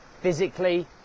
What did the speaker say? physically